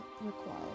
required